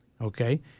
okay